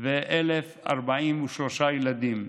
ו-1,043 ילדים,